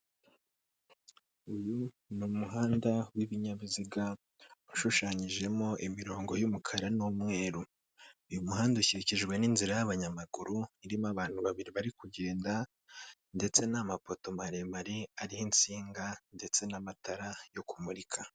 Uyu ni umuhanda w'ibinyabiziga ushushanyijemo imirongo y'umukara n'umweru, uyu muhanda ukikijwe n'inzira y'abanyamaguru, irimo abantu babiri bari kugenda ndetse n'amapoto maremare ari insinga ndetse n'amatara yo kumurika.